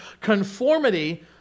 conformity